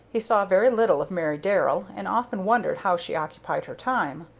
he saw very little of mary darrell, and often wondered how she occupied her time.